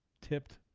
tipped